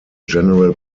general